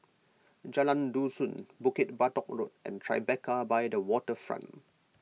Jalan Dusun Bukit Batok Road and Tribeca by the Waterfront